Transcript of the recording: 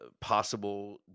possible